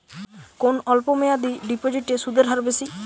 কোন অল্প মেয়াদি ডিপোজিটের সুদের হার বেশি?